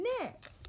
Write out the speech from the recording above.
Next